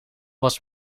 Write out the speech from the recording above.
was